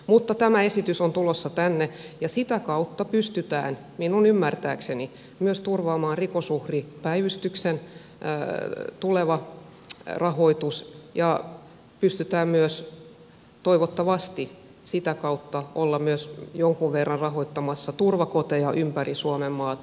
mutta tämä esitys on tulossa tänne ja sitä kautta pystytään minun ymmärtääkseni myös turvaamaan rikosuhripäivystyksen tuleva rahoitus ja pystytään myös toivottavasti sitä kautta olemaan jonkun verran rahoittamassa turvakoteja ympäri suomenmaata